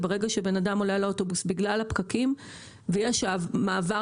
ברגע שאדם עולה על אוטובוס בגלל הפקקים ויש מעבר